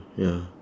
ya